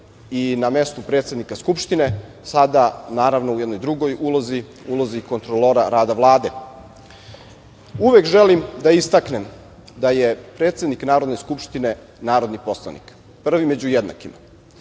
i na mestu predsednika Skupštine, sada naravno u jednoj drugoj ulozi, u ulozi kontrolora rada Vlade. Uvek želim da istaknem da je predsednik Narodne skupštine narodni poslanik, prvi među jednakima